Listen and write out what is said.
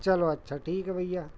चलो अच्छा ठीक है भैया